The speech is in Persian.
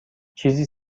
چیزی